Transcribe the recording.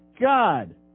God